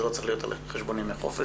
זה לא צריך להיות על חשבון ימי חופש,